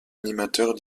animateurs